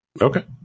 Okay